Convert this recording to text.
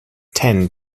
ten